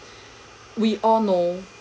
we all know